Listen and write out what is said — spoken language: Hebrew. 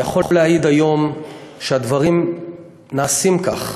אני יכול להעיד היום שהדברים נעשים כך.